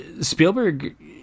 Spielberg